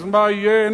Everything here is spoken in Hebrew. אז מה יהיה,